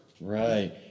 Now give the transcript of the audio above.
Right